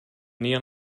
neon